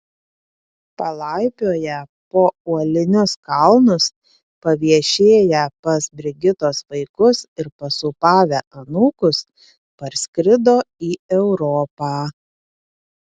palaipioję po uolinius kalnus paviešėję pas brigitos vaikus ir pasūpavę anūkus parskrido į europą